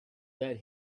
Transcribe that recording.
that